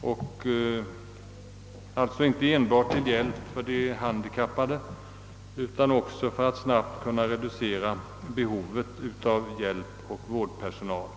och därigenom inte bara bistå dessa utan också bidra till att snabbt reducera deras behov av hjälp och av vårdpersonal.